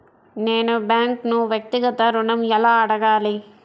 నేను బ్యాంక్ను వ్యక్తిగత ఋణం ఎలా అడగాలి?